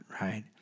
right